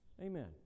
Amen